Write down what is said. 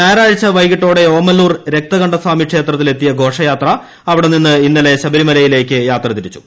ഞായറാഴ്ച വൈകിട്ടോടെ ഓമല്ലൂർ രക്തകണ്ഠസ്വാമി ക്ഷേത്രത്തിൽ എത്തിയ ഘോഷയാത്ര അവിടെ നിന്ന് ഇന്നലെ ശബരിമലയിലേയ്ക്ക് യാത്ര തിരിച്ചു